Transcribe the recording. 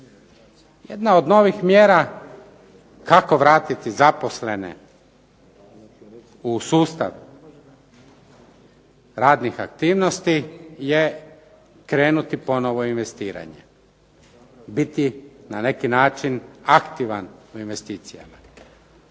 Jedna od novih mjera kako vratiti zaposlene u sustav radnih aktivnosti je krenuti ponovo u investiranje, biti na neki način aktivan u investicijama.